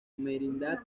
merindad